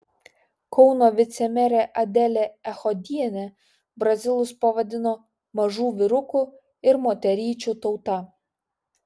kauno vicemerė adelė echodienė brazilus pavadino mažų vyrukų ir moteryčių tauta